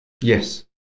Yes